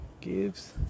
gives